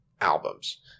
albums